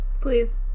Please